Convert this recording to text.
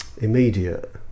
immediate